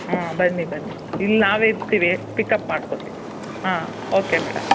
ಹ್ಞೂ ಬನ್ನಿ ಬನ್ನಿ ಇಲ್ಲಿ ನಾವೇ ಇರ್ತೀವಿ ಪಿಕಪ್ ಮಾಡ್ಕೋತೀವಿ ಹಾಂ ಓಕೆ ಮೇಡಮ್